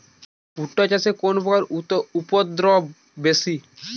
ভুট্টা চাষে কোন পোকার উপদ্রব বেশি?